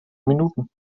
minuten